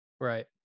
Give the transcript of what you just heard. right